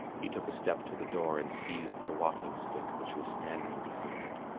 he took a step to the door and seized the walking-stick which was standing behind it.